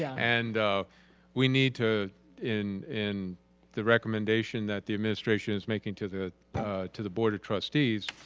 and we need to in in the recommendation that the administration is making to the to the board of trustees,